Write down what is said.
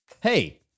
hey